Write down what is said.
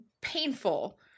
painful